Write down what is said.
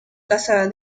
casa